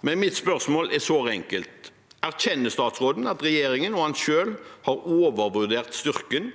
Mitt spørsmål er såre enkelt: Erkjenner statsråden at regjeringen og han selv har overvurdert styrken